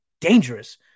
dangerous